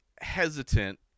hesitant